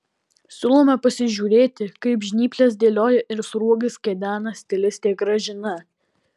siūlome pasižiūrėti kaip žnyples dėlioja ir sruogas kedena stilistė gražina